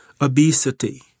obesity